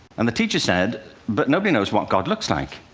and the teacher said, but nobody knows what god looks like.